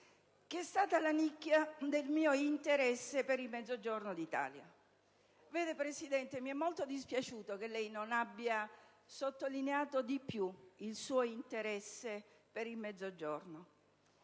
politico: una nicchia del mio interesse per il Mezzogiorno d'Italia. Vede, Presidente, mi è molto dispiaciuto che lei non abbia sottolineato di più il suo interesse per il Mezzogiorno.